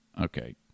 Okay